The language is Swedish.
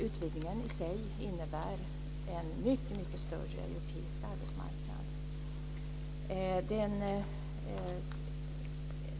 Utvidgningen i sig innebär en mycket större europeisk arbetsmarknad.